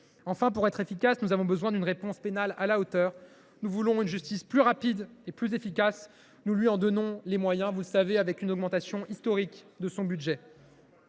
Enfin, pour être efficaces, nous avons besoin d’une réponse pénale à la hauteur. Nous voulons une justice plus rapide et plus efficace. Nous lui en donnons les moyens : son budget a connu une hausse historique. Mesdames,